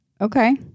Okay